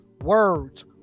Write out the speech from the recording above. words